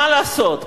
מה לעשות,